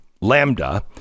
Lambda